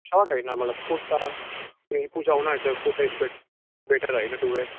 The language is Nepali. सर्ट होइन मलाई कुर्ता किनकि पूजा आउनु आँटिसक्यो कुर्ता इज बेटर होइन टू वेर